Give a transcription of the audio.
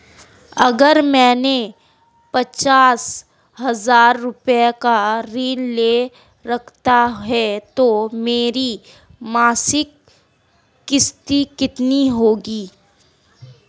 अगर मैंने पचास हज़ार रूपये का ऋण ले रखा है तो मेरी मासिक किश्त कितनी होगी?